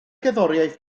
gerddoriaeth